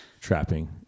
trapping